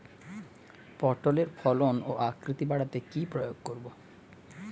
পটলের ফলন ও আকৃতি বাড়াতে কি প্রয়োগ করব?